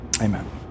Amen